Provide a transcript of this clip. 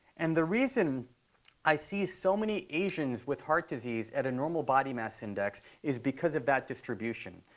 and the reason i see so many asians with heart disease at a normal body mass index is because of that distribution.